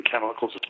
chemicals